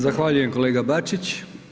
Zahvaljujem, kolega Bačić.